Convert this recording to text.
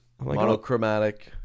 monochromatic